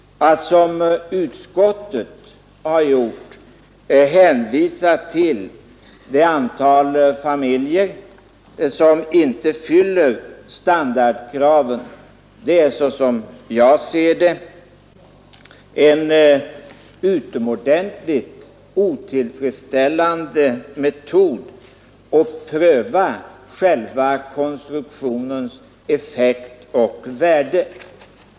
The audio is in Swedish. Att som utskottet gjort hänvisa till det antal familjer som inte fyller standardkravet är som jag ser det en utomordentligt otillfredsställande metod för att pröva själva konstruktionens effekt och värde.